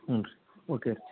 ಹ್ಞೂ ರೀ ಓಕೆ ರೀ